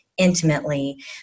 Intimately